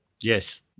Yes